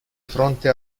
fronte